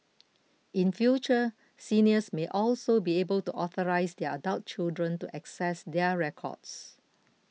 in future seniors may also be able to authorise their adult children to access their records